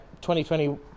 2020